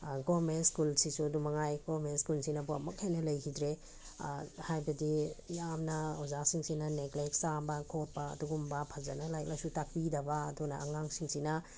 government ꯁ꯭ꯀꯨꯜꯁꯤꯁꯨ ꯑꯗꯨ ꯃꯉꯥꯏ ꯒꯣꯔꯃꯦꯟ ꯁ꯭ꯀꯨꯜꯁꯤꯅꯕꯨ ꯑꯃꯨꯛ ꯍꯦꯟꯅ ꯂꯩꯈꯤꯗ꯭ꯔꯦ ꯍꯥꯏꯕꯗꯤ ꯌꯥꯝꯅ ꯑꯣꯖꯥꯁꯤꯡꯁꯤꯅ ꯅꯦꯒ꯭ꯂꯦꯛ ꯆꯥꯕ ꯈꯣꯠꯄ ꯑꯗꯨꯒꯨꯝꯕ ꯐꯖꯅ ꯂꯥꯏꯔꯤꯛ ꯂꯥꯏꯁꯨ ꯇꯥꯛꯄꯤꯗꯕ ꯑꯗꯨꯅ ꯑꯉꯥꯡꯁꯤꯡꯁꯤꯅ